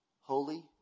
Holy